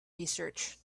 research